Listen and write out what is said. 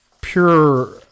pure